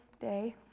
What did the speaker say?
day